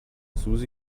susi